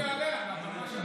החוק יעלה, אנחנו,